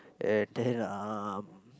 and then um